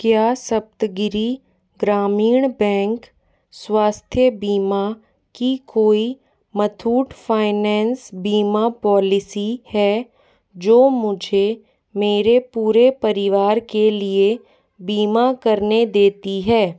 क्या सप्तगिरि ग्रामीण बैंक स्वास्थ्य बीमा की कोई मथूट फाइनेंस बीमा पॉलिसी है जो मुझे मेरे पूरे परिवार के लिए बीमा करने देती है